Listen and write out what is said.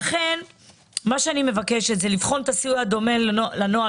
לכן אני מבקשת לבחון סיוע דומה לנוהל